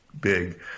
big